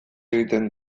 egiten